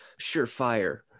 surefire